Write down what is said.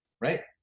right